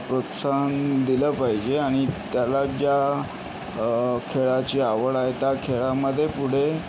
प्रोत्साहन दिलं पाहिजे आणि त्याला ज्या खेळाची आवड आहे त्या खेळामध्ये पुढे